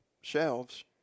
shelves